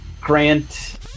Grant